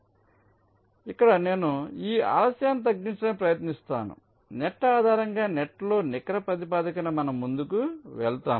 కాబట్టి నేను ఈ ఆలస్యాన్ని తగ్గించడానికి ప్రయత్నిస్తాను నెట్ ఆధారంగా నెట్లో నికర ప్రాతిపదికన మనం ముందుకు వెళ్తాము